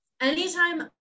Anytime